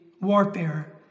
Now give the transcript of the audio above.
warfare